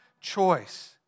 choice